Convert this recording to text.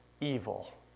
evil